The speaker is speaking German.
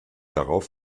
darauf